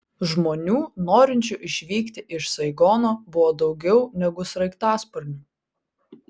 žmonių norinčių išvykti iš saigono buvo daugiau negu sraigtasparnių